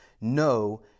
no